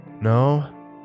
No